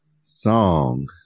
Song